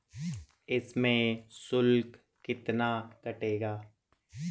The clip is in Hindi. इसमें शुल्क कितना कटेगा?